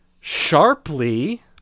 Sharply